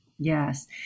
Yes